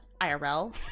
IRL